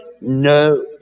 No